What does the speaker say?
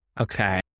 Okay